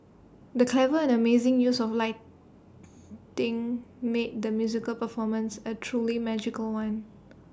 the clever and amazing use of lighting made the musical performance A truly magical one